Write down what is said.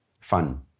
fun